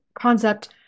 concept